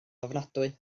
ofnadwy